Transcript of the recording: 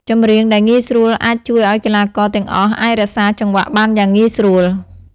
ចម្រៀងដែលងាយស្រួលអាចជួយឲ្យកីឡាករទាំងអស់អាចរក្សាចង្វាក់បានយ៉ាងងាយស្រួល។